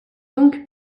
donc